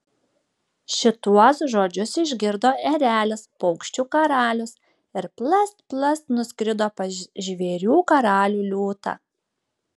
šituos žodžius išgirdo erelis paukščių karalius ir plast plast nuskrido pas žvėrių karalių liūtą